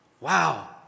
Wow